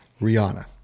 Rihanna